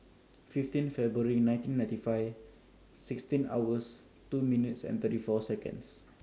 fifteen February nineteen ninety five sixteen hours two minutes and thirty four Seconds